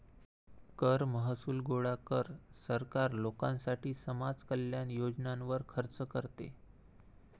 कर महसूल गोळा कर, सरकार लोकांसाठी समाज कल्याण योजनांवर खर्च करते